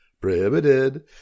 prohibited